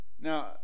Now